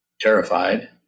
terrified